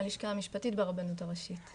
אני מהלשכה המשפטית ברבנות הראשית.